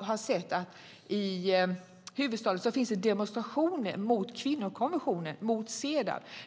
har sett att det i huvudstaden förekommer demonstrationer mot kvinnokonventionen, Cedaw.